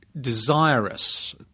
Desirous